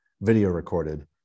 video-recorded